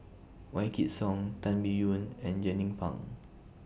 Wykidd Song Tan Biyun and Jernnine Pang